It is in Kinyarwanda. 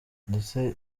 ndetse